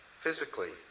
physically